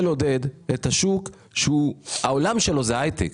לעודד את השוק שהעולם שלו הוא הייטק.